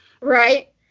Right